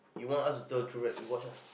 you want us to tell the truth right we watch ah